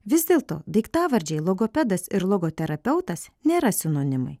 vis dėlto daiktavardžiai logopedas ir logoterapeutas nėra sinonimai